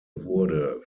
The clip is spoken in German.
wurde